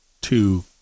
two